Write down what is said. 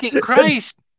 Christ